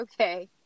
okay